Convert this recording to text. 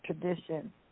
tradition